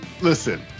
listen